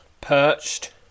Perched